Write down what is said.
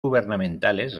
gubernamentales